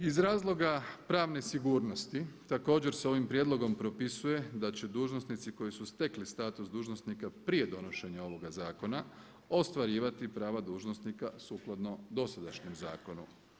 Iz razloga pravne sigurnosti također se ovim prijedlogom propisuje da će dužnosnici koji su stekli status dužnosnika prije donošenja ovoga zakona ostvarivati prava dužnosnika sukladno dosadašnjem zakonu.